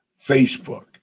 Facebook